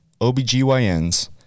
OBGYNs